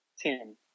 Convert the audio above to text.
Ten